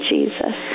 Jesus